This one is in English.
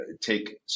take